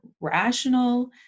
rational